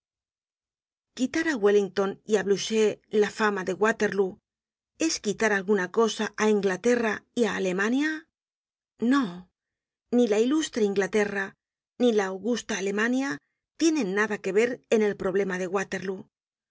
á wellington y á blucher la fama de waterlóo es quitar alguna cosa á inglaterra y á alemania no ni la ilustre inglaterra ni la augusta alemania tienen nada que ver en el problema de